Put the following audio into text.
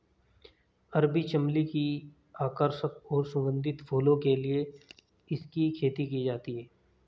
अरबी चमली की आकर्षक और सुगंधित फूलों के लिए इसकी खेती की जाती है